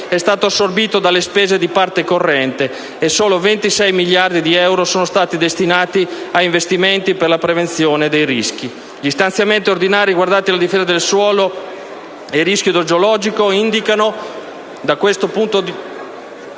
è stato assorbito dalle spese di parte corrente e solo 26 miliardi di euro sono stati destinati a investimenti per la prevenzione dei rischi. Gli stanziamenti ordinari riguardanti la difesa del suolo e il rischio idrogeologico degli ultimi